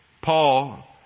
Paul